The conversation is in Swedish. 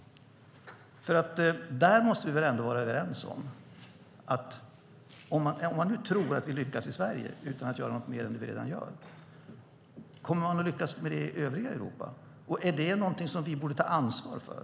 Där måste vi väl ändå vara överens om att om man nu tror att vi lyckas i Sverige, utan att göra något mer än vi redan gör, kommer man att lyckas med det i övriga Europa, och är det någonting som vi borde ta ansvar för?